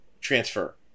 transfer